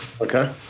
Okay